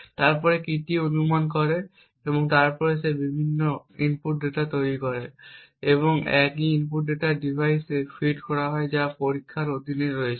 এবং তারপরে কীটি অনুমান করে এবং তারপরে সে বিভিন্ন ইনপুট ডেটা তৈরি করে এবং একই ইনপুট ডেটা ডিভাইসে ফিড করে যা পরীক্ষার অধীনে রয়েছে